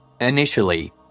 Initially